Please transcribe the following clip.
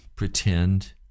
Pretend